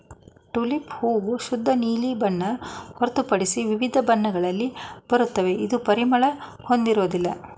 tulip ಹೂ ಶುದ್ಧ ನೀಲಿ ಬಣ್ಣ ಹೊರತುಪಡಿಸಿ ವಿವಿಧ ಬಣ್ಣಗಳಲ್ಲಿ ಬರುತ್ವೆ ಇದು ಪರಿಮಳ ಹೊಂದಿರೋದಿಲ್ಲ